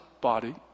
body